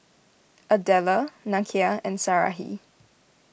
Adella Nakia and Sarahi